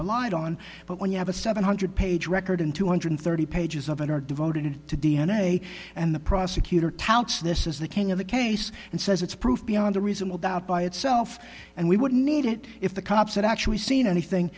relied on but when you have a seven hundred page record in two hundred thirty pages of it are devoted to d n a and the prosecutor touts this as the king of the case and says it's proof beyond a reasonable doubt by itself and we wouldn't need it if the cops had actually seen anything